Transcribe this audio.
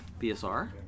BSR